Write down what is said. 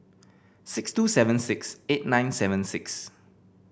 six two seven six eight nine seven six